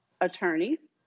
attorneys